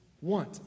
want